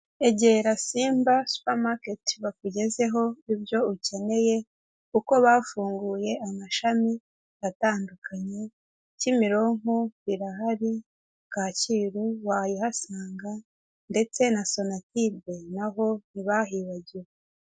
Egera simba supamaketi bakugezeho ibyo ukeneye kuko bafunguye amashami atandukanye: Kimironko birahari, Kacyiru wayihasanga ndetse na Sonatibe na ho ntibahibagiwe.